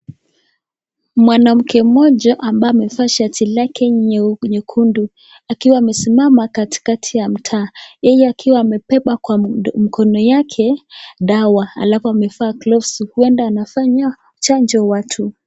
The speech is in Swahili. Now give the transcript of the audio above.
Mwanamke mmoja ambaye amevaa shati lake nyekundu akiwa amesimama katikati ya mtaa yeye akiwa amebeba kwa mkono yake dawa alafu amevaa gloves uenda anafanyia chanjo watu.